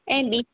ऐं ॿीं